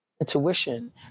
intuition